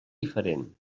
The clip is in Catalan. diferent